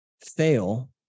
fail